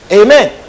amen